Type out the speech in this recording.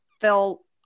fell